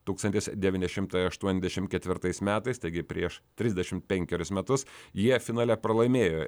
tūkstantis devyni šimtai aštuoniasdešim ketvirtais metais taigi prieš trisdešim penkerius metus jie finale pralaimėjo